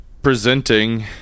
presenting